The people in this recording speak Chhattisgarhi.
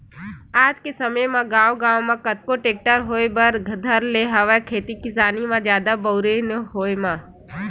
आज के समे म गांव गांव म कतको टेक्टर होय बर धर ले हवय खेती किसानी म जादा बउरई के होय म